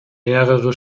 mehrere